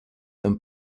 and